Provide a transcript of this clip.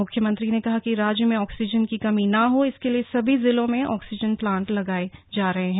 मुख्यमंत्री ने कहा कि राज्य में ऑक्सीजन की कमी न हो इसके लिए सभी जिलों में आक्सीजन प्लांट लगाए जा रहे है